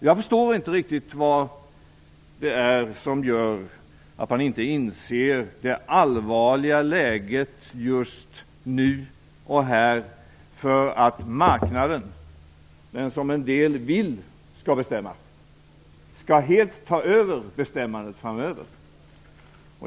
Jag förstår inte riktigt vad det är som gör att man inte inser det allvarliga läget just nu och här för att marknaden, den som en del vill skall bestämma, helt skall ta över bestämmandet framöver.